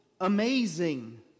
amazing